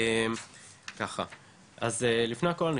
לפני הכל,